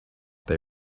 they